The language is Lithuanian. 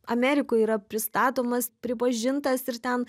amerikoj yra pristatomas pripažintas ir ten